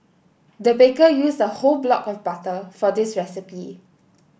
the baker used a whole block of butter for this recipe